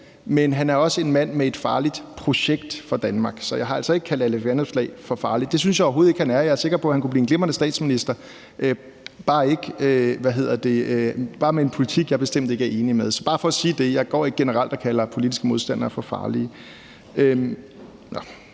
men han er også en mand med et farligt projekt for Danmark. Så jeg har altså ikke kaldt Alex Vanopslagh for farlig. Det synes jeg overhovedet ikke han er, og jeg er sikker på, at han kunne blive en glimrende statsminister, men bare med en politik, jeg bestemt ikke er enig i. Så det er bare for at sige, at jeg generelt ikke går og kalder politiske modstandere for farlige.